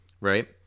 right